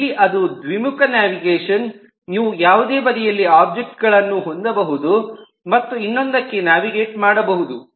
ಇಲ್ಲಿ ಅದು ದ್ವಿಮುಖ ನ್ಯಾವಿಗೇಶನ್ ನೀವು ಯಾವುದೇ ಬದಿಯಲ್ಲಿ ಒಬ್ಜೆಕ್ಟ್ ಗಳನ್ನು ಹೊಂದಬಹುದು ಮತ್ತು ಇನ್ನೊಂದಕ್ಕೆ ನ್ಯಾವಿಗೇಟ್ ಮಾಡಬಹುದು